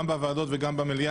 גם בוועדות וגם במליאה,